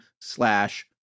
slash